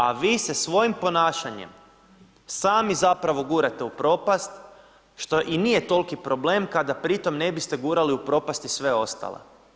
A vi se svojim ponašanjem sami zapravo gurate u propast što i nije toliki problem kada pri tome ne biste gurali u propast i sve ostale.